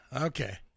Okay